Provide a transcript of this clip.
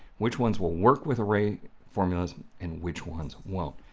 which ones will work with array formulas and, which ones won't,